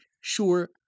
Sure